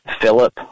Philip